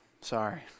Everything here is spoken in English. Sorry